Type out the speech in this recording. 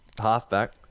halfback